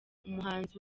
umuhanzi